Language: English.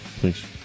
Please